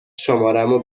شمارمو